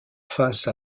face